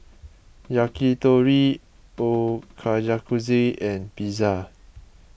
Yakitori Ochazuke and Pizza